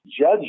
judge